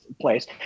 place